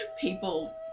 people